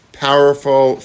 powerful